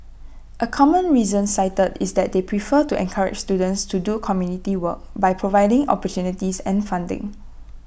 A common reason cited is that they prefer to encourage students to do community work by providing opportunities and funding